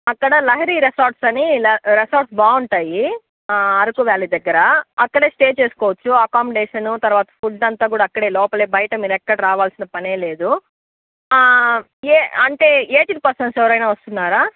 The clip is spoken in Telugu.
అక్కడ లహరి రిసార్ట్స్ అని రిసార్ట్స్ బాగుంటాయి అరకు వ్యాలీ దగ్గర అక్కడే స్టే చేసుకొచ్చు అకామిడేషన్ తర్వాత ఫుడ్ అంతా అక్కడే లోపల బయట ఎక్కడికి రావలసిన పనే లేదు అంటే ఏజ్డ్ పర్సన్స్ ఎవరైనా వస్తున్నారా